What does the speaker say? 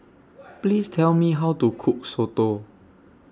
Please Tell Me How to Cook Soto